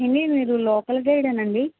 ఏవండీ మీరు local guide ఏనా అండి